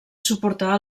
suportar